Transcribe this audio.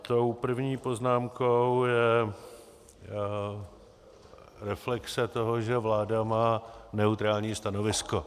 Tou první poznámkou je reflexe toho, že vláda má neutrální stanovisko.